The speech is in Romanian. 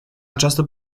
această